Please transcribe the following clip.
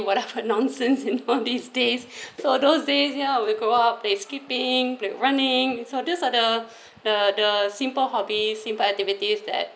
whatever nonsense in all these days so those days ya we go out play skipping play running so those are the the the simple hobbies simple activities that